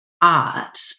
art